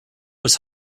was